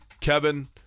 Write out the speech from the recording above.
Kevin